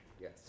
Yes